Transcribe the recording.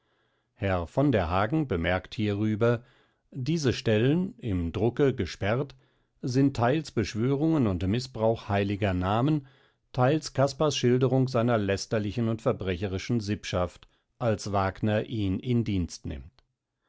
herr von der hagen bemerkt hierüber diese stellen im drucke gesperrt sind theils beschwörungen und missbrauch heiliger namen theils kaspars schilderung seiner lästerlichen und verbrecherischen sippschaft als wagner ihn in dienst nimmt